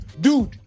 Dude